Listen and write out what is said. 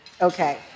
Okay